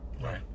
Right